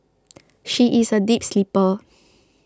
she is a deep sleeper